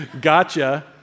Gotcha